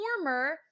former